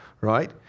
right